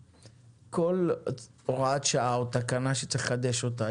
כל הוראת שעה או תקנה שצריך לחדש אותה,